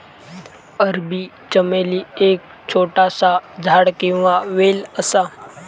अरबी चमेली एक छोटासा झाड किंवा वेल असा